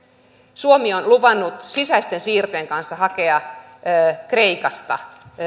suomi on luvannut sisäisten siirtojen kautta hakea kreikasta